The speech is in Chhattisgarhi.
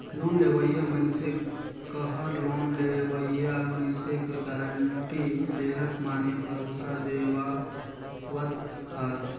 लोन लेवइया मइनसे कहर लोन लेहोइया मइनसे कर गारंटी लेहत माने भरोसा देहावत हस